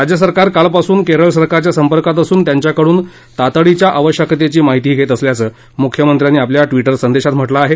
राज्यसरकार कालपासून केरळ सरकारच्या संपर्कात असून त्यांच्याकडून तातडीच्या आवश्यकतेची माहिती घेत असल्याचं मुख्यमंत्र्यांनी आपल्या ट्विटर संदेशात म्हटलं आहे